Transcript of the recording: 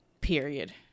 period